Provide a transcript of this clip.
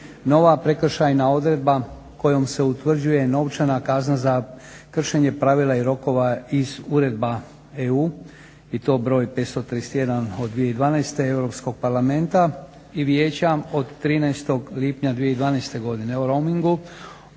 nova prekršajna odredba kojom se utvrđuje novčana kazna za kršenje pravila i rokova iz uredba EU i to broj 531 od 2012. Europskog parlamenta i Vijeća od 13. lipnja 2012. o roamingu